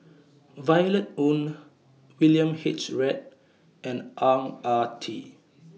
Violet Oon William H Read and Ang Ah Tee